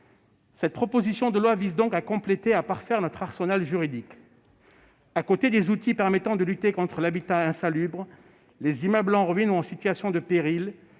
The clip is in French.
Cette proposition de loi vise donc à compléter et à parfaire notre arsenal juridique. À côté des outils permettant de lutter contre l'habitat insalubre et les immeubles en ruine ou en situation de péril,